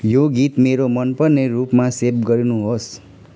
यो गीत मेरो मन पर्ने रूपमा सेभ गर्नु होस्